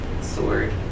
sword